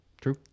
True